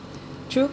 true